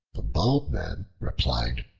the bald man replied,